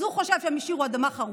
אז הוא חושב שהם השאירו אדמה חרוכה.